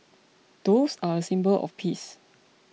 doves are a symbol of peace